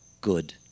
good